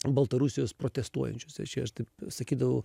baltarusijos protestuojančius reiškia aš taip sakydavau